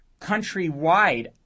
countrywide